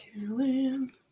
Carolyn